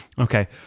okay